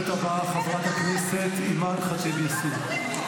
הדוברת הבאה, חברת הכנסת אימאן ח'טיב יאסין.